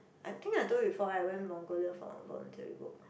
I think I told you before I went Mongolia for voluntary work